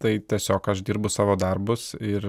tai tiesiog aš dirbu savo darbus ir